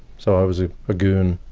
so i was a ah goon.